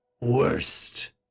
worst